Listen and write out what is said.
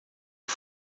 que